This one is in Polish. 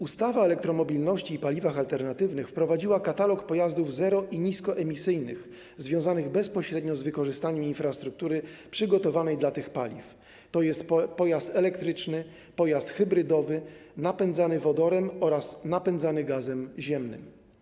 Ustawa o elektromobilności i paliwach alternatywnych wprowadziła katalog pojazdów zero- i niskoemisyjnych związanych bezpośrednio z wykorzystaniem infrastruktury przygotowanej dla tych paliw, tj. pojazd elektryczny, pojazd hybrydowy, napędzany wodorem oraz napędzany gazem ziemnym.